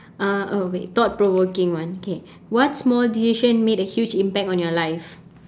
uh uh wait thought provoking one okay what small decision made a huge impact on your life